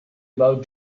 about